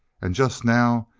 and, just now,